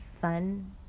fun